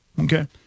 okay